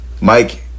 Mike